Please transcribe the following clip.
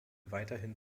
weiterhin